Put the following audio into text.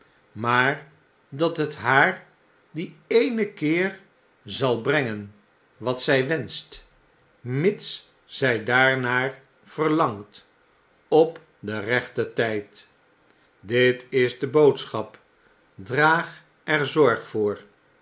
maar dat het haar die eene keer zalbrengen wat zij wenscht mitszy daarnaar verlangt op den rechten tyd dit is de boodschap draag er zorg voor